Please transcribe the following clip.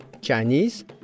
Chinese